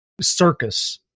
circus